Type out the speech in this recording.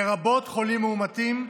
לרבות חולים מאומתים,